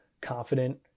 confident